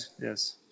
yes